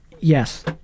Yes